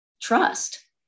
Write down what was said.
trust